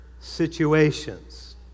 situations